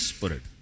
Spirit